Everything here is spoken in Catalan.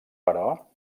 però